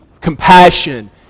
Compassion